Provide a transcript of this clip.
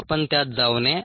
आपण त्यात जाऊ नये